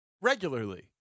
regularly